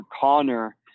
Connor